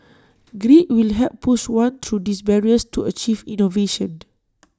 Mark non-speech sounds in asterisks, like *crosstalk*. *noise* grit will help push one through these barriers to achieve innovation *noise*